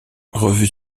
revue